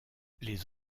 les